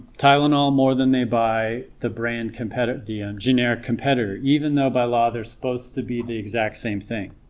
tylenol more than they buy the brand competitor, the generic competitor even though by law they're supposed to be the exact same thing